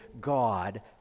God